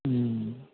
हूँ